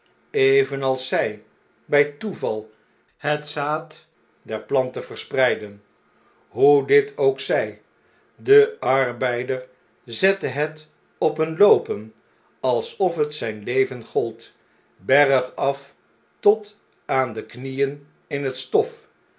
evenals zjj bjj toeval het zand der planten verspreiden hoe dit ook zjj de arbeider zette het op een loopen alsof het zijn leven gold bergaf tot aan de knieen in het stof